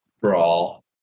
Brawl